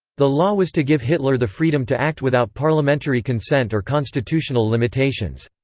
the law was to give hitler the freedom to act without parliamentary consent or constitutional limitations.